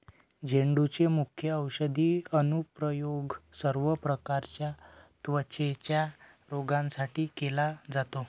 झेंडूचे मुख्य औषधी अनुप्रयोग सर्व प्रकारच्या त्वचेच्या रोगांसाठी केला जातो